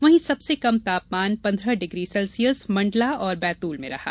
वहीं सबसे कम तापमान पन्द्रह डिग्री सेल्सियस मण्डला और बैतूल में रहा